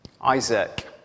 Isaac